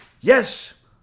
yes